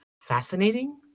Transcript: fascinating